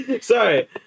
Sorry